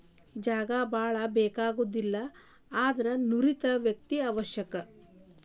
ಜಾಗಾ ಬಾಳ ಬೇಕಾಗುದಿಲ್ಲಾ ಆದರ ನುರಿತ ವ್ಯಕ್ತಿ ಅವಶ್ಯಕ